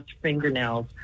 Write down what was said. fingernails